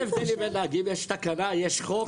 יש תקנה, יש חוק.